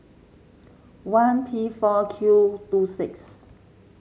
one P four Q two six